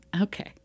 okay